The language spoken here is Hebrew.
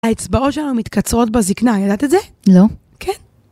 האצבעות שלנו מתקצרות בזקנה, ידעת את זה? לא. כן!